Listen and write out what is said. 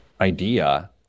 idea